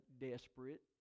desperate